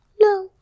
No